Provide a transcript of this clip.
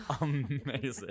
amazing